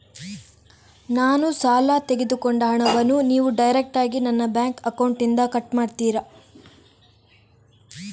ನಾನು ಸಾಲ ತೆಗೆದುಕೊಂಡ ಹಣವನ್ನು ನೀವು ಡೈರೆಕ್ಟಾಗಿ ನನ್ನ ಬ್ಯಾಂಕ್ ಅಕೌಂಟ್ ಇಂದ ಕಟ್ ಮಾಡ್ತೀರಾ?